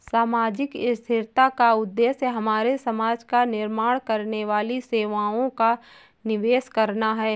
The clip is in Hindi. सामाजिक स्थिरता का उद्देश्य हमारे समाज का निर्माण करने वाली सेवाओं का निवेश करना है